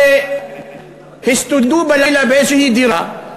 שהסתודדו בלילה באיזושהי דירה,